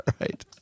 right